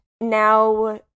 now